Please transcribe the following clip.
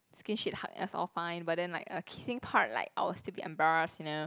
skinship hug is all fine but then like uh kissing part like I will still be embarrassed you know